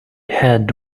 had